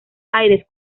aires